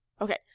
Okay